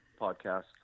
podcast